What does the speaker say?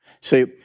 See